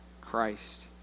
Christ